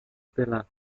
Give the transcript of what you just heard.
pela